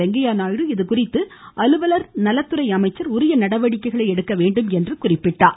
வெங்கையா நாயுடு இதுகுறித்து அலுவலர் நலத்துறை அமைச்சர் உரிய நடவடிக்கைகளை எடுக்க வேண்டும் என்றார்